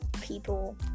people